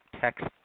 text